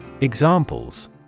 Examples